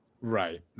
Right